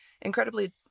incredibly